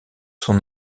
son